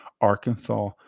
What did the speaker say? Arkansas